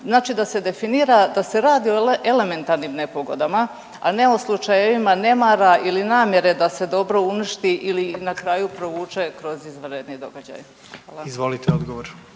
Znači da se definira da se radi o elementarnim nepogodama, a ne o slučajevima nemara ili namjere da se dobro uništi ili na kraju provuče kroz izvanredni događaj. Hvala.